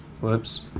whoops